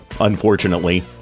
unfortunately